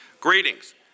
greetings